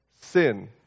sin